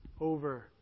over